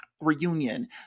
Reunion